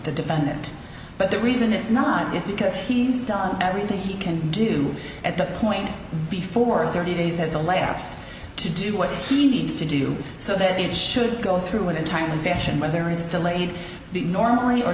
the defendant but the reason it's not just because he's done everything he can do at that point before thirty days as a last to do what he needs to do so that it should go through it in timely fashion whether it's delayed normally